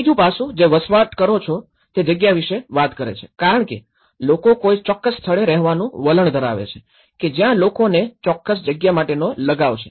ત્રીજું પાસું જે વસવાટ કરો છો તે જગ્યા વિશે વાત કરે છે કારણ કે લોકો કોઈ ચોક્કસ સ્થળે રહેવાનું વલણ ધરાવે છે કે જ્યાં લોકોને ચોક્કસ જગ્યા માટેનો લગાવ છે